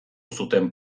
zuten